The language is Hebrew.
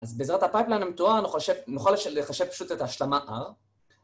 אז בעזרת ה-pipeline המתואר, נוכל לחשב פשוט את השלמה R.